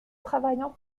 travaillant